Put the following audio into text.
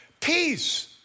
peace